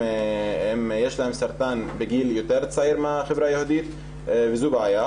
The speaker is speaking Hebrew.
יש להן סרטן בגיל יותר צעיר מהחברה היהודית וזו בעיה,